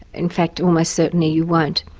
in fact almost certainly you won't.